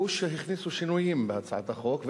היא שהכניסו שינויים בהצעת החוק,